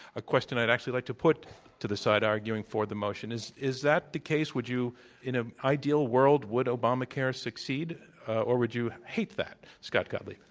a question i'd actually like to put to the side arguing for the motion. is is that the case? would you in an ideal world, would obamacare succeed or would you hate that? scott gottlieb.